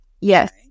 Yes